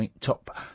top